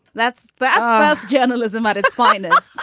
that's the best journalism at its finest.